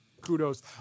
Kudos